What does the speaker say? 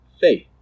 faith